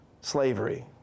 slavery